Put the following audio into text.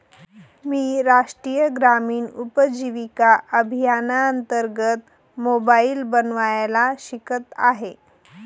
मी राष्ट्रीय ग्रामीण उपजीविका अभियानांतर्गत मोबाईल बनवायला शिकत आहे